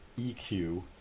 EQ